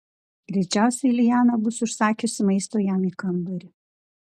greičiausiai liana bus užsakiusi maisto jam į kambarį